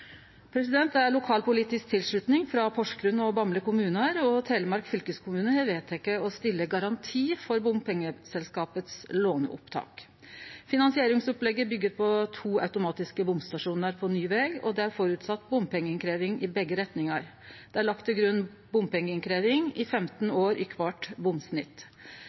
Det er lokalpolitisk tilslutning frå Porsgrunn og Bamble kommunar, og Telemark fylkeskommune har vedteke å stille garanti for låneopptaket til bompengeselskapet. Finansieringsopplegget byggjer på to automatiske bomstasjonar på ny veg, og det er føresett bompengeinnkrevjing i begge retningar. Det er lagt til grunn bompengeinnkrevjing i 15 år i kvart bomsnitt.